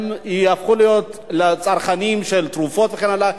והם יהפכו להיות צרכנים של תרופות וכן הלאה.